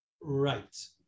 right